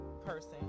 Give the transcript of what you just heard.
person